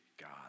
God